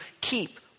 keep